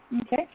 Okay